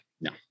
no